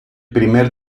primer